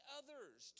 others